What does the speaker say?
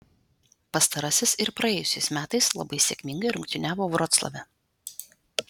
pastarasis ir praėjusiais metais labai sėkmingai rungtyniavo vroclave